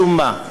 משום מה.